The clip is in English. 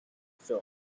films